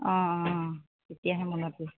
অঁ অঁ অঁ তেতিয়াহে মনটো